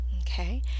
okay